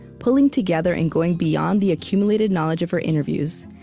pulling together and going beyond the accumulated knowledge of her interviews,